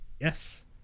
Yes